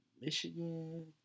Michigan